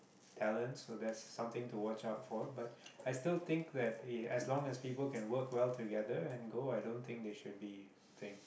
talents so that's something to watch out for but I still think that e~ as long as people can work well together and go i don't think they should be think